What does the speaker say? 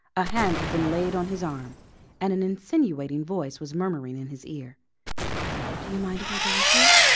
a hand had been laid on his arm and an insinuating voice was murmuring in his ear do you mind if i go with you?